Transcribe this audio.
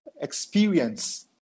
experience